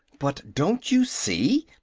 but don't you see?